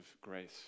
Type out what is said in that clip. grace